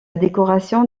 décoration